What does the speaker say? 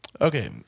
Okay